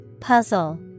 Puzzle